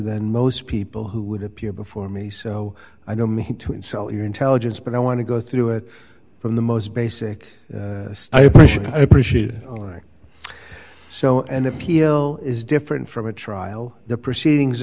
than most people who would appear before me so i don't mean to insult your intelligence but i want to go through it from the most basic i appreciate i appreciate it so an appeal is different from a trial the proceedings